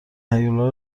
هیولا